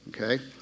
okay